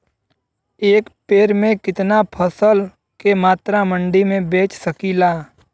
एक बेर में कितना फसल के मात्रा मंडी में बेच सकीला?